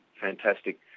fantastic